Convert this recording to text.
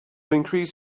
increase